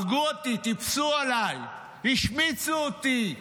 הרגו אותי, טיפסו עליי, השמיצו אותי: